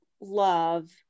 love